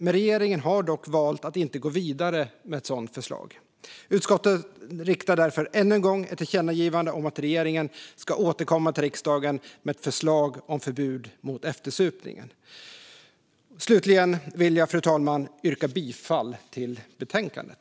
Men regeringen har valt att inte gå vidare med ett sådant förslag. Utskottet föreslår därför ännu en gång att riksdagen ska rikta ett tillkännagivande till regeringen om att återkomma till riksdagen med ett förslag om förbud mot eftersupning. Fru talman! Slutligen vill jag yrka bifall till förslaget i betänkandet.